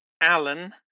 Alan